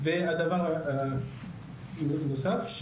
הדבר הנוסף,